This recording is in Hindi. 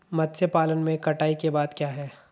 मत्स्य पालन में कटाई के बाद क्या है?